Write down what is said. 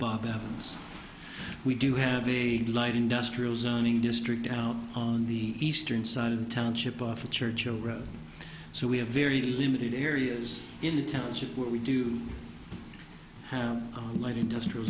bob evans we do have a light industrial zoning district on the eastern side of the township of churchill so we have very limited areas in the township where we do have light industrial